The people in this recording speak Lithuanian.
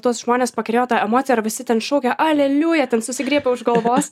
tuos žmones pakerėjo ta emocija ir visi ten šaukia aleliuja ten susigriebę už galvos